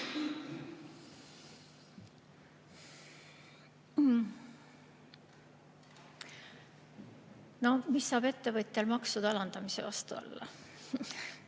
Mis saab ettevõtjal maksude alandamise vastu olla?